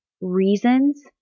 reasons